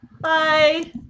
bye